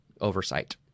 oversight